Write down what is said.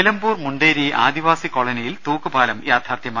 നിലമ്പൂർ മുണ്ടേരി ആദിവാസി കോളനിയിൽ തൂക്കുപാലം യാഥാർഥ്യമായി